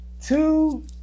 two